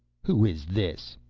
who is this?